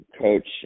coach